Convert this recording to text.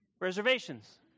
reservations